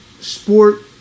sport